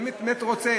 מי שבאמת רוצה,